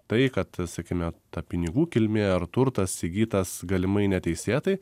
tai kad sakykime ta pinigų kilmė ar turtas įgytas galimai neteisėtai